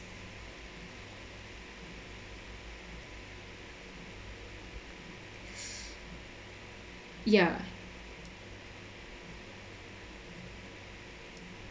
ya